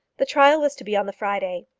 the trial was to be on the friday.